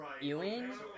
Ewing